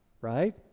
right